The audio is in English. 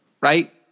Right